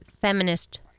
feminist